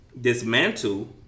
dismantle